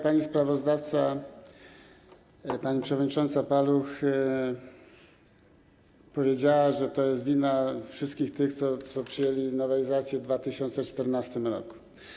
Pani sprawozdawca, pani przewodnicząca Paluch powiedziała, że to jest wina tych wszystkich, co przyjęli nowelizację w 2014 r.